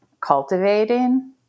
cultivating